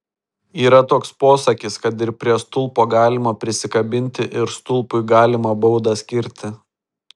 yra toks posakis kad ir prie stulpo galima prisikabinti ir stulpui galima baudą skirti